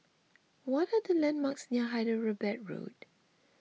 what are the landmarks near Hyderabad Road